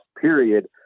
period